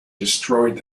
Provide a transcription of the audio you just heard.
destroys